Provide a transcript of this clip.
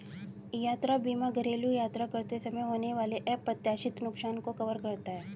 यात्रा बीमा घरेलू यात्रा करते समय होने वाले अप्रत्याशित नुकसान को कवर करता है